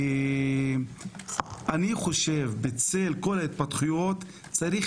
כי אני חושב בצל כל ההתפתחויות צריך